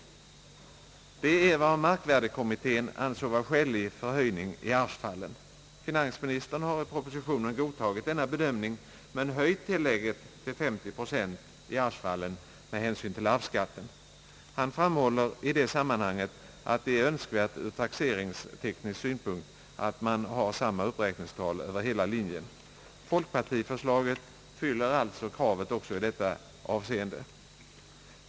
Det är vad markvärdekommittén ansåg vara en skälig förhöjning i arvsfallen. Finansministern har i propositionen godtagit denna bedömning av arvsfallen men höjt tillägget till 50 procent med hänsyn till arvsskatten. Han framhåller i sammanhanget att det är önskvärt ur taxeringsteknisk synpunkt att man har samma uppräkningstal över hela linjen. Folkpartiförslaget fyller alltså kravet också i detta avseende.